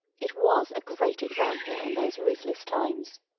it was a great example in those ruthless times.